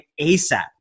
ASAP